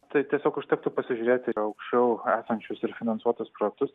tai tiesiog užtektų pasižiūrėti aukščiau esančius ir finansuotus projektus